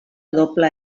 doble